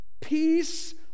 peace